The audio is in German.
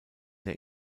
der